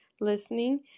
listening